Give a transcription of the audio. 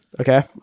Okay